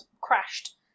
crashed